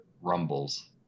rumbles